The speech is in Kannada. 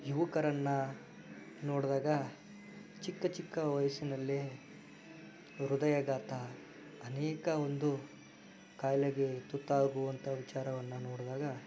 ಯುವಕರನ್ನು ನೋಡಿದಾಗ ಚಿಕ್ಕ ಚಿಕ್ಕ ವಯಸ್ಸಿನಲ್ಲೇ ಹೃದಯಾಘಾತ ಅನೇಕ ಒಂದು ಕಾಯಿಲೆಗೆ ತುತ್ತಾಗುವಂಥ ವಿಚಾರವನ್ನು ನೋಡಿದಾಗ